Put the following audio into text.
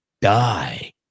die